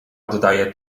oddaje